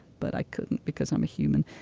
but i couldn't because i'm a human.